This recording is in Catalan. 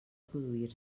produir